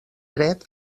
dret